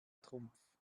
trumpf